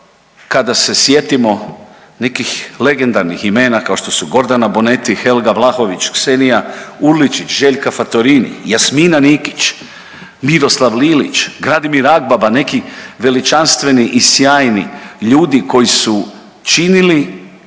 kada se sjetimo nekih legendarnih imena kao što su Gordana Bonetti, Helga Vlahović, Ksenija Urličić, Željka Fattorini, Jasmina Nikić, Miroslav Lilić, Gradimir Agbaba neki veličanstveni i sjajni ljudi koji su činili